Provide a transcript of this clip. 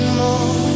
more